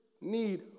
need